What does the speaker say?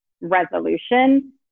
resolution